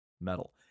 Metal